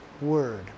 word